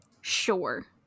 sure